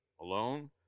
alone